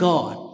God